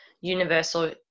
universal